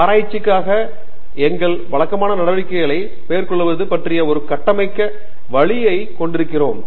ஆராய்ச்சிக்காக எங்கள் வழக்கமான நடவடிக்கைகளை மேற்கொள்வது பற்றிய ஒரு கட்டமைக்கப்பட்ட வழியைக் கொண்டிருக்கிறோம்